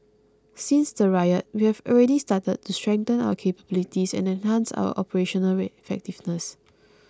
since the riot we have already started to strengthen our capabilities and enhance our operational effectiveness